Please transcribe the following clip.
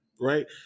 right